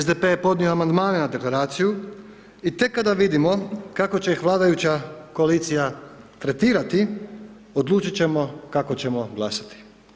SDP-e je podnio amandmane na Deklaraciju i tek kada vidimo kako će ih vladajuća koalicija tretirati odlučit ćemo kako ćemo glasati.